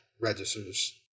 registers